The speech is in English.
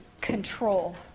control